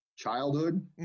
Childhood